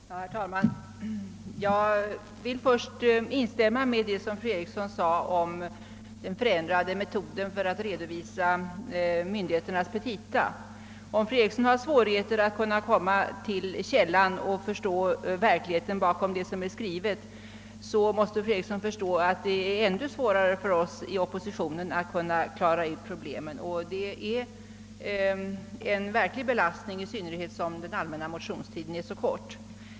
Herr talman! Jag vill först instämma i vad fru Eriksson i Stockholm sade om den ändrade metoden vid redovisning av myndigheternas petita. Om fru Eriksson har svårigheter att nå källan och förstå verkligheten bakom det som är skrivet, måste fru Eriksson förstå att det är ännu svårare för oss i oppositionen att klara ur problemen. Detta är en verklig belastning, i synnerhet som den allmänna motionstiden är så kort.